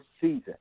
season